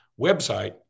website